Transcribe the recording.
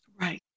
Right